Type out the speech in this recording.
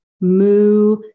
Moo